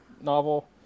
novel